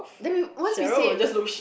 then once we say it